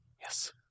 Yes